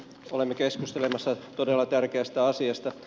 olemme keskustelemassa todella tärkeästä asiasta